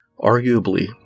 arguably